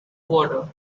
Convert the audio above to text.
water